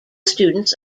students